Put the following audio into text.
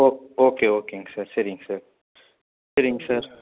ஓ okay ஓகேங்க sir சரிங் sir சரிங் சார்